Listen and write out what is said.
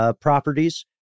properties